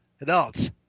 adults